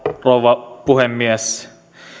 rouva puhemies